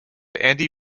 andy